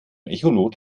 echolot